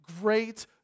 great